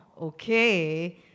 Okay